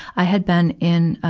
i had been in,